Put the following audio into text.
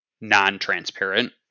non-transparent